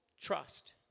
trust